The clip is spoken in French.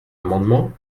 amendement